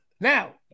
Now